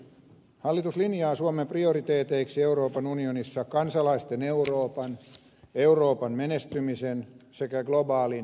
hallitus linjaa suomen prioriteeteiksi euroopan unionissa kansalaisten euroopan euroopan menestymisen sekä globaalin johtajuuden